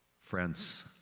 friends